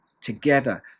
together